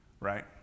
right